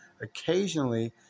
Occasionally